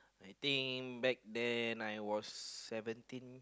I think back then I was seventeen